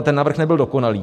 Ten návrh nebyl dokonalý.